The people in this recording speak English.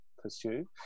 pursue